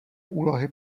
úlohy